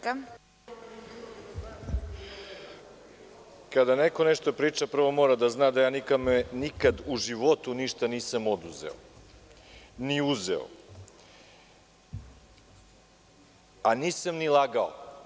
Kada neko nešto priča prvo mora da zna da nikad u životu ništa nisam oduzeo, ni uzeo, a nisam ni lagao.